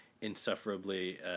insufferably